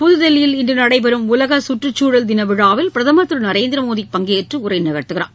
புத்தில்லியில் இன்று நடைபெறும் உலகச் சுற்றச்சூழல் தின விழாவில் பிரதமர் திரு நரேந்திர மோடி பங்கேற்று உரைநிகழ்த்துகிறார்